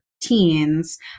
teens